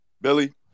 Billy